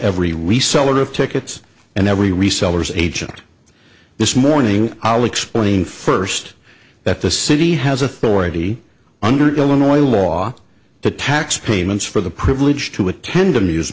every reseller of tickets and every resellers agent this morning ali explain first that the city has authority under illinois law to tax payments for the privilege to attend